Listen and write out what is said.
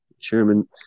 chairman